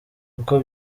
uko